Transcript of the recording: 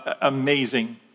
amazing